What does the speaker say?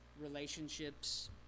Relationships